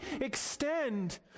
extend